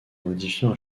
modifiant